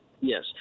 Yes